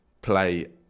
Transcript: play